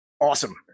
Awesome